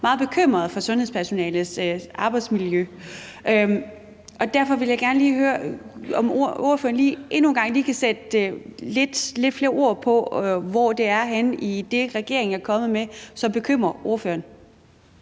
meget bekymret for sundhedspersonalets arbejdsmiljø, og derfor vil jeg gerne lige høre, om ordføreren lige endnu en gang kan sætte lidt flere ord på, hvor det, som bekymrer ordføreren,